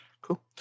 Cool